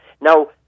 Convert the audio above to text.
Now